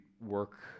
work